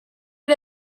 era